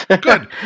Good